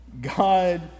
God